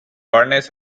barnes